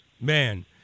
Man